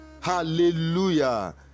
hallelujah